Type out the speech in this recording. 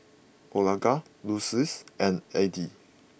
Olga Lucille and Eddie